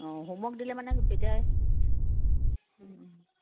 অ homework দিলে মানে তেতিয়া